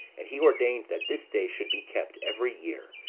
and he ordained that this day should be kept every year,